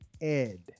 Ed